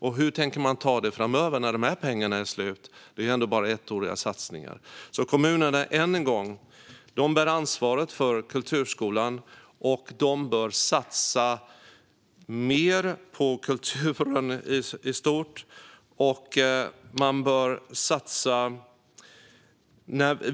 Och hur tänker man ta det framöver när de här pengarna är slut? Det är ju ändå bara ettåriga satsningar. Kommunerna bär ansvaret för kulturskolan, och de bör satsa mer på kulturen i stort.